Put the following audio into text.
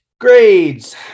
grades